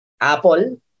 Apple